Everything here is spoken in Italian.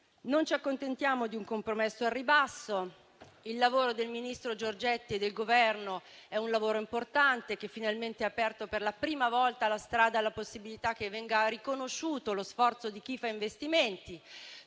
Non ci accontentiamo di un compromesso al ribasso. Quello del ministro Giorgetti e del Governo è un lavoro importante, che finalmente ha aperto per la prima volta la strada alla possibilità che venga riconosciuto lo sforzo di chi fa investimenti,